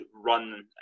run